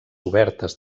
obertes